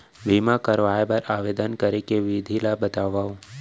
बीमा करवाय बर आवेदन करे के विधि ल बतावव?